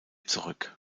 zurück